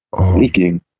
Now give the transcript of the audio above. Leaking